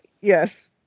Yes